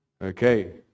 Okay